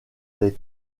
les